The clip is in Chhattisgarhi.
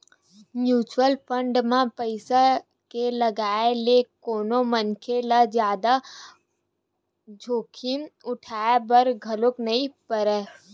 म्युचुअल फंड म पइसा के लगाए ले कोनो मनखे ल जादा जोखिम उठाय बर घलो नइ परय